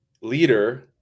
leader